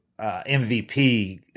MVP